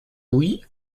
louis